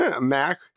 mac